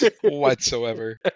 whatsoever